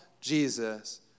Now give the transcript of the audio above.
Jesus